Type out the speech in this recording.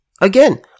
Again